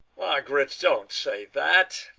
margaret, don't say that.